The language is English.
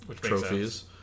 trophies